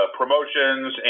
promotions